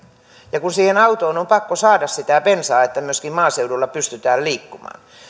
ja kun siihen autoon on pakko saada sitä bensaa että myöskin maaseudulla pystytään liikkumaan